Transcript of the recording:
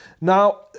Now